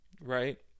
right